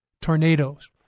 tornadoes